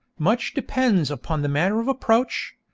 much depends upon the manner of approach.